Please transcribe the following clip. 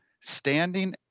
standing